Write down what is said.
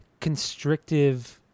constrictive